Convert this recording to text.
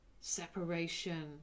separation